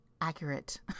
accurate